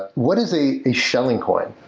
what is a a shilling coin?